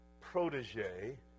protege